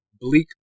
Bleak